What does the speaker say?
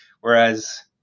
whereas